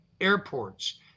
airports